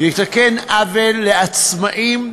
יתקן עוול לעצמאים,